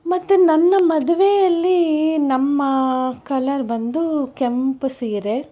ಮತ್ತೆ ನನ್ನ ಮದುವೆಯಲ್ಲಿ ನಮ್ಮ ಕಲರ್ ಬಂದು ಕೆಂಪು ಸೀರೆ